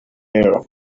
pair